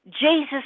Jesus